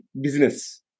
business